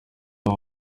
abo